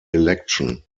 election